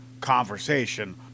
conversation